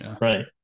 right